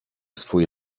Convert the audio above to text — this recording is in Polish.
swój